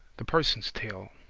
the parson's tale